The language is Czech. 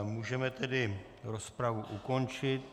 Můžeme tedy rozpravu ukončit.